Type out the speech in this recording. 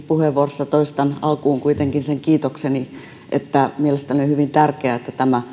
puheenvuorossa toistan alkuun kuitenkin sen kiitokseni että mielestäni on hyvin tärkeää että tämä